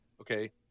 okay